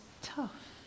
tough